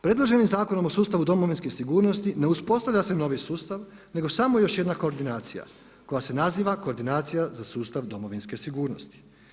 Predloženim Zakonom o sustavu domovinske sigurnost ne uspostavlja se novi sustav nego samo još jedna koordinacija koja se naziva Koordinacija za sustav domovinske sigurnosti.